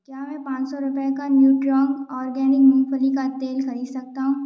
क्या मैं पाँच सौ रुपये का न्यूट्रीऑर्ग ऑर्गेनिक का तेल खरीद सकता हूँ